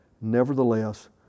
nevertheless